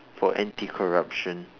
for anti corruption